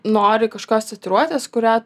nori kažkokios tatiuruotės kurią